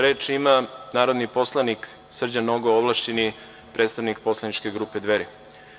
Reč ima narodni poslanik Srđan Nogo, ovlašćeni predstavnik poslaničke grupe Dveri.